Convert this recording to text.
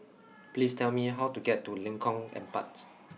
please tell me how to get to Lengkong Empat